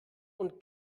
und